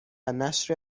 نشر